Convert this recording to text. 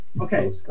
Okay